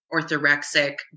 orthorexic